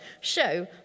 show